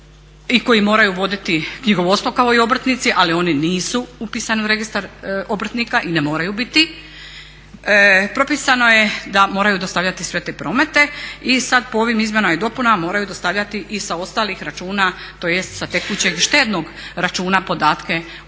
i koji moraju voditi knjigovodstvo kao i obrtnici, ali oni nisu upisani u registar obrtnika i ne moraju biti. Propisano je da moraju dostavljati sve te promete i sad po ovim izmjenama i dopunama moraju dostavljati i sa ostalih računa tj. sa tekućeg i štednog računa podatke o